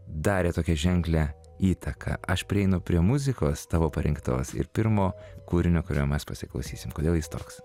darė tokią ženklią įtaką aš prieinu prie muzikos tavo parinktos ir pirmo kūrinio kurio mes pasiklausysim kodėl jis toks